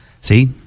See